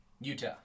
Utah